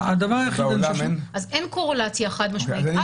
אז אין קורלציה חד משמעית.